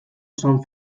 san